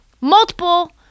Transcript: multiple